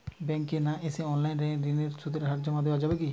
ব্যাংকে না এসে অনলাইনে ঋণের সুদ জমা দেওয়া যাবে কি?